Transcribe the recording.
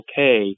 okay